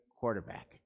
quarterback